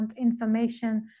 information